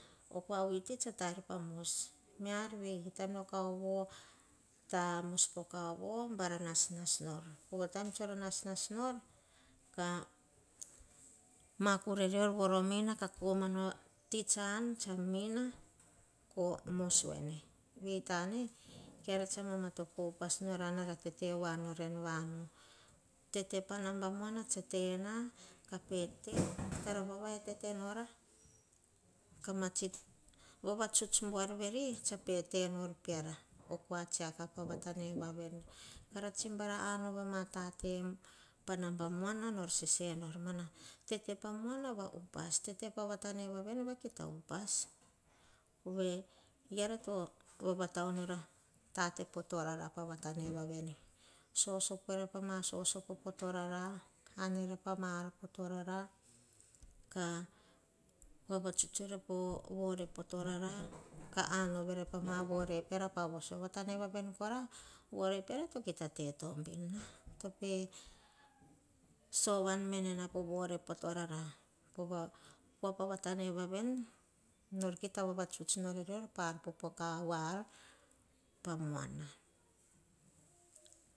Poh kua vuiti sa taer pamos me ar vei patso kaovo tamos poh kaovo bara nasnas nor. Po taim tsor nasnas nor, kama kure rior voro mina, ka komana ti tsan tsa mina ko mos vo ene. Vei tane keare tsa manatopo upas nora anara tete woa nora en vanu. Tete pa namba muana tse tena, kah pe tenena kara tsimo vavau tete nora kah ma tsi vavatsuts buar vere sah pete enor oh tete pa muana va upas. Tete pava tena woa vene va kita upas. Poveara toh vavava taoh norah tate potorara pavatane woa veni. Sosopoere po sosopo torara. Kah, haere pama aran potorara, kah vavatsuts ere po vore potorara woa vene to kita te tobina, pete sovan mena po vore potorara. Pova kua vatane woa vene, nor kita vavatsuts nor arior pah ar popoka muana.